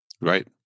right